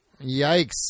Yikes